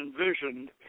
envisioned